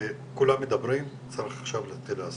כולם מדברים, צריך עכשיו להתחיל לעשות.